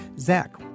Zach